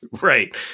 Right